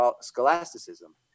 scholasticism